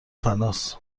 فناس